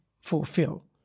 fulfill